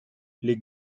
les